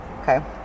okay